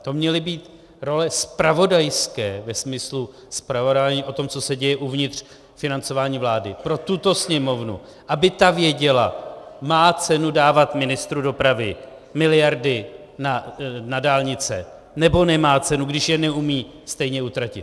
To měly být role zpravodajské ve smyslu zpravodajování o tom, co se děje uvnitř financování uvnitř vlády, pro tuto Sněmovnu, aby ta věděla má cenu dávat ministru dopravy miliardy na dálnice, nebo nemá cenu, když je neumí stejně utratit?